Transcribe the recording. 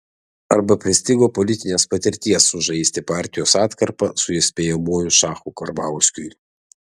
arba pristigo politinės patirties sužaisti partijos atkarpą su įspėjamuoju šachu karbauskiui